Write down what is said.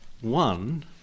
one